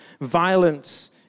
violence